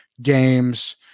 games